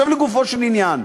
עכשיו לגופו של עניין.